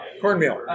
Cornmeal